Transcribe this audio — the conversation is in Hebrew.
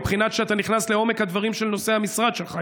מבחינת זה שאתה נכנס לעומק הדברים של נושא המשרד שלך,